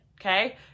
okay